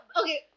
Okay